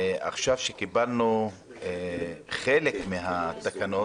ועכשיו, אחרי שקיבלנו חלק מהתקנות